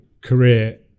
career